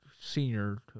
senior